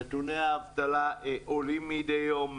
נתוני האבטלה עולים מדי יום,